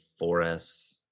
4S